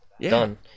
Done